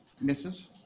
Misses